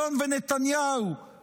הרי הציבור הישראלי לא ראה את ההסכם.